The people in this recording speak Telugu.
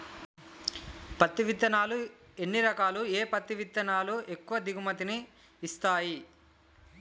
పత్తి విత్తనాలు ఎన్ని రకాలు, ఏ పత్తి విత్తనాలు ఎక్కువ దిగుమతి ని ఇస్తాయి?